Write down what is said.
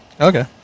Okay